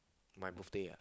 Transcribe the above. my birthday ah